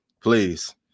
please